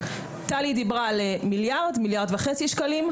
טלי דיברה על מיליארד, מיליארד וחצי שקלים?